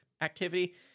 activity